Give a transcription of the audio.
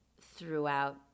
throughout